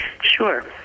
Sure